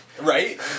Right